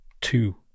two